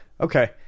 Okay